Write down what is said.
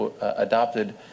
adopted